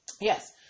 Yes